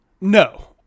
No